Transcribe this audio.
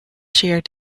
sheared